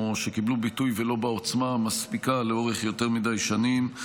או שקיבלו ביטוי ולא בעוצמה המספיקה לאורך יותר מדי שנים.